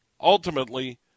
ultimately